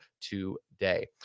today